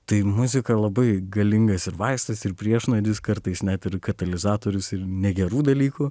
tai muzika labai galingas ir vaistas ir priešnuodis kartais net ir katalizatorius ir negerų dalykų